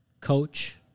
coach